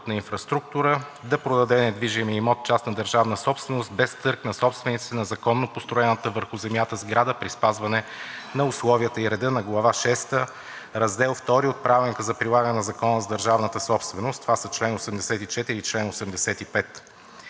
инфраструктура“ да продаде недвижимия имот – частна държавна собственост, без търг, на собствениците на законно построената върху земята сграда при спазване на условията и реда на Глава шеста, Раздел втори от Правилника за прилагане на Закона за държавната собственост. Това са чл. 84 и чл. 85.